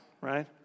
right